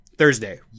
thursday